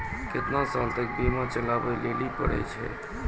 केतना साल तक बीमा चलाबै लेली पड़ै छै?